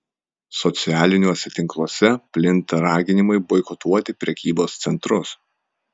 socialiniuose tinkluose plinta raginimai boikotuoti prekybos centrus